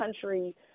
country